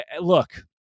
look